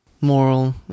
moral